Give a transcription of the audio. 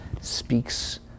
speaks